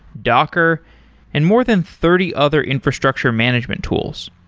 docker and more than thirty other infrastructure management tools.